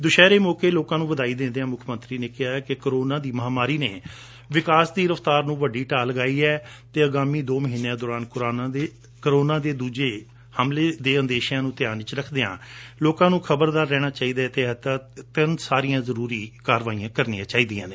ਦੁਸਹਿਰੇ ਮੌਕੇ ਲੋਕਾਂ ਨੂੰ ਵਧਾਈ ਦਿੰਦਿਆਂ ਮੁੱਖ ਮੰਤਰੀ ਨੇ ਕਿਹਾ ਕਿ ਕੋਰੋਨਾ ਦੀ ਮਹਾਮਾਰੀ ਨੇ ਵਿਕਾਸ ਦੀ ਰਫਤਾਰ ਨੂੰ ਵੱਡੀ ਢਾਅ ਲਗਾਈ ਹੈ ਅਤੇ ਅਗਾਮੀ ਦੋ ਮਹੀਨਿਆਂ ਦੌਰਾਨ ਕੋਰੋਨਾ ਦੇ ਦੂਜੇ ਹਮਲੇ ਦੇ ਅੰਦੇਸ਼ਿਆਂ ਨੂੰ ਧਿਆਨ ਵਿਚ ਰੱਖਦਿਆਂ ਲੋਕਾਂ ਨੂੰ ਖਬਰਦਾਰ ਰਹਿਣਾ ਚਾਹੀਦੈ ਅਤੇ ਏਹਤਿਆਤਨ ਹਰ ਜਰੂਰੀ ਊਪਰਾਲਾ ਜੁਟਾਣਾ ਚਾਹੀਦੈ